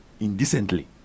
indecently